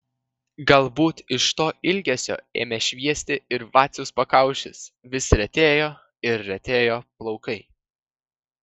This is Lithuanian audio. galbūt iš to ilgesio ėmė šviesti ir vaciaus pakaušis vis retėjo ir retėjo plaukai